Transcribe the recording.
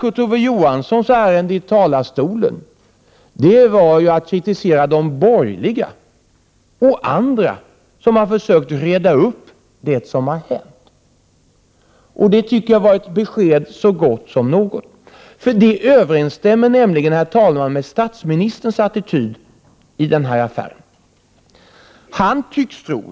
Kurt Ove Johanssons ärende italarstolen var att kritisera de borgerliga och andra som har försökt reda upp det som har hänt. Det tycker jag var ett besked så gott som något. Det överensstämmer nämligen, herr talman, med statsministerns attityd i denna affär.